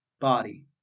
body